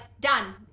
done